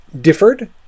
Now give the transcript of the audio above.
differed